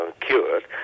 cured